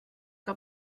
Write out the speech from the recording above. que